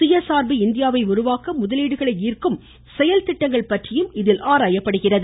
சுய சார்பு இந்தியாவை உருவாக்க முதலீடுகளை ஈர்க்கும் செயல்திட்டங்கள் பற்றியும் இதில் ஆராயப்படுகிறது